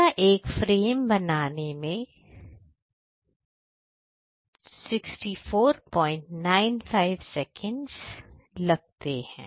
पूरा एक फ्रेम बनाने में 6495 सेकंड लगते हैं